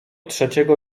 trzeciego